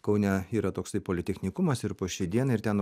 kaune yra toksai politechnikumas ir po šiai dienai ir ten